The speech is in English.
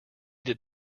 did